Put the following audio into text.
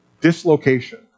dislocation